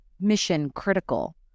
mission-critical